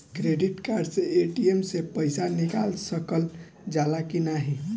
Credit card से ATM से पइसा निकाल सकल जाला की नाहीं?